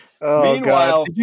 Meanwhile